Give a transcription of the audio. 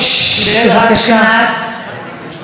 ובפעם הבאה רצח אותה.